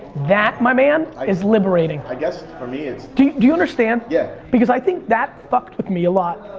that, my man, is liberating. i guess for me it's do do you understand? yeah. because i think that fucked with me a lot.